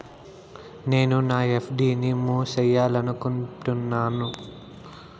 నేను నా ఎఫ్.డి ని మూసేయాలనుకుంటున్నాను